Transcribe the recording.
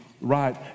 right